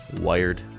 wired